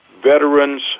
veterans